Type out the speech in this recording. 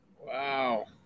Wow